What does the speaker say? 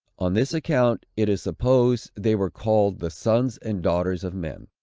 on this account, it is supposed, they were called the sons and daughters of men.